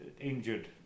injured